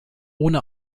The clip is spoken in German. ohne